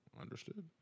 Understood